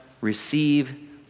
Receive